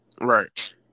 Right